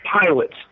pilots